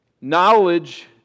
Knowledge